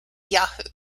yahoo